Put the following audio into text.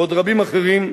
ועוד רבים אחרים,